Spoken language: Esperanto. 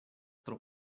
tro